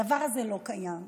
הדבר הזה לא קיים.